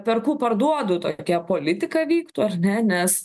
perku parduodu tokia politika vyktų ar ne nes